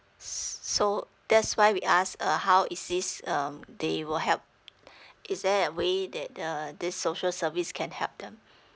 so that's why we ask uh how is this um they will help is there a way that the this social service can help them